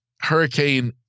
Hurricane